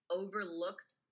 overlooked